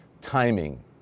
Timing